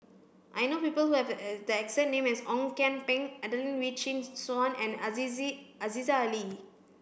I know people who have the exact name as Ong Kian Peng Adelene Wee Chin Suan and Aziza Ali